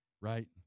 right